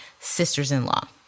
sistersinlaw